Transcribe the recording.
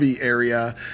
area